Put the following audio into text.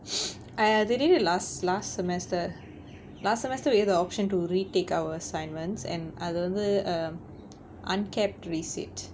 !aiya! they did it last last semester last semester we had the option to retake our assignments and அது வந்து:athu vanthu um uncapped resit